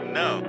no